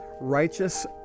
righteous